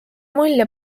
mulje